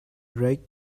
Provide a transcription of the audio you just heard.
right